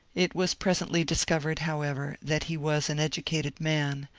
it was presently discovered, however, that he was an educated man,